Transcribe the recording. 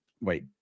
Wait